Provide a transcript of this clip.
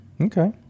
Okay